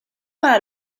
para